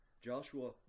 Joshua